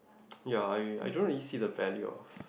ya I I don't really see the value of